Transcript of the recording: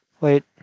Wait